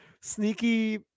Sneaky